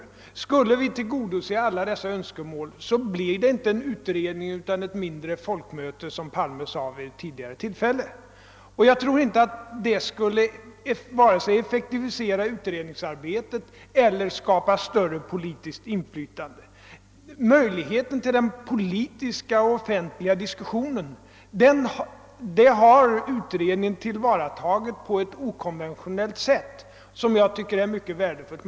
Men skulle vi tillgodose alla dessa önskemål blev det inte en utredning utan ett mindre folkmöte, som Olof Palme sade vid ett tidigare till fälle. Jag tror inte att det skulle vare sig effektivisera utredningsarbetet eller skapa större politiskt inflytande. Möjligheten till offentlig politisk diskussion har utredningen tillvaratagit på ett okonventionellt sätt, och det tycker jag är mycket värdefullt.